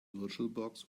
virtualbox